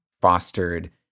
fostered